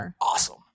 awesome